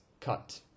cut